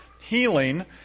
healing